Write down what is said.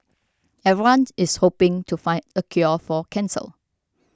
everyone is hoping to find a cure for cancer